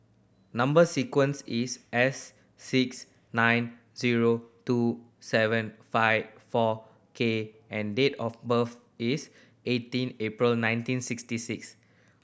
number sequence is S six nine zero two seven five four K and date of birth is eighteen April nineteen sixty six